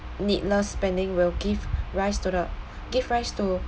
needless spending will give rise to the give rise to